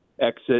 exit